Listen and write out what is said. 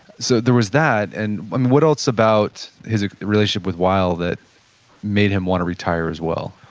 so there was that. and and what else about his relationship with weill that made him want to retire as well?